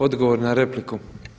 Odgovor na repliku.